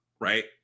right